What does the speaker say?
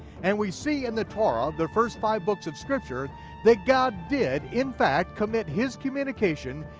and we see in the torah, the first five books of scripture that god did in fact commit his communication,